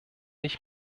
ich